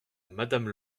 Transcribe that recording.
madame